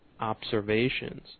observations